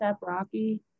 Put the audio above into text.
Rocky